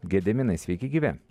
gediminai sveiki gyvi